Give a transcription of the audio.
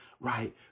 Right